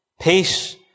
peace